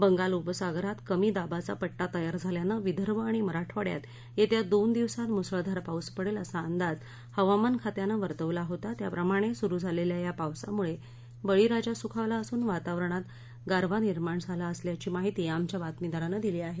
बंगाल उपसागरात कमी दाबाचा पट्टा तयार झाल्यानं विदर्भ आणि मराठवाङ्यात येत्या दोन दिवसात मुसळधार पाऊस पडेल असा अंदाज हवामान खात्यानं वर्तविला होता त्याप्रमाणे सुरु झालेल्या या पावसामुळे बळी राजा सुखावला असून वातावरणात गारवा निर्माण झाला असल्याची माहिती आमच्या बातमीदारानं दिली आहे